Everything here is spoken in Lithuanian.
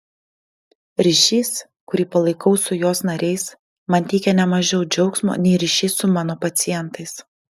ryšys kurį palaikau su jos nariais man teikia ne mažiau džiaugsmo nei ryšys su mano pacientais